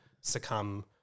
succumb